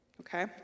Okay